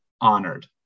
Honored